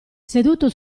seduto